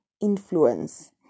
influence